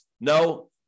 No